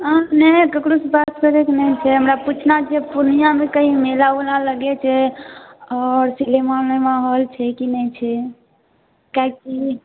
नै केकरोसऽ बात करैके नै छै हमरा पुछना छै पूर्णियामे कहीं मेला उला लगै छै आओर सिनेमा उनेमा हॉल छै की नै छै